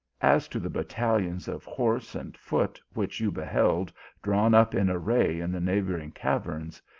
as to the bat talions of horse and foot which you beheld drawn up in array in the neighbouring caverns,